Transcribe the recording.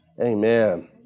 Amen